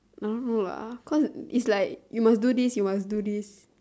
I don't know lah cause it's like you must do this you must do this